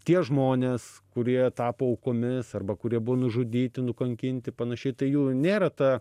tie žmonės kurie tapo aukomis arba kurie buvo nužudyti nukankinti panašiai tai jų nėra ta